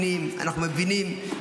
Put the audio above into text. משהו במדינת ישראל.